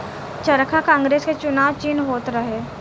चरखा कांग्रेस के चुनाव चिन्ह होत रहे